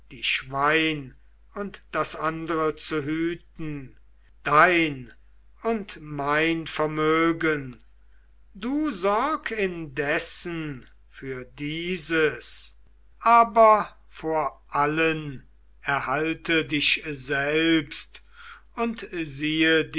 die schwein und das andre zu hüten dein und mein vermögen du sorg indessen für dieses aber vor allen erhalte dich selbst und siehe